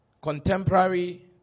contemporary